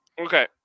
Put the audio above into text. Okay